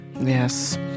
Yes